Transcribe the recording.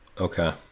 Okay